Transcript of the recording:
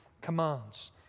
commands